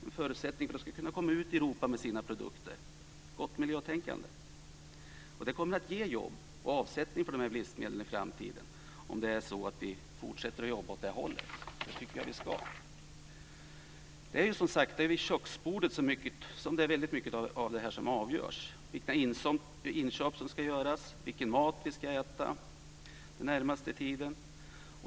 En förutsättning för att företaget ska komma ut i Europa med sina produkter är ett gott miljötänkande. Och det kommer att ge jobb och avsättning för dessa livsmedel i framtiden om vi fortsätter att jobba åt det hållet, och det tycker jag att vi ska göra. Det är som sagt vid köksbordet som mycket av detta avgörs - vilka inköp som ska göras och vilken mat som vi ska äta den närmaste tiden.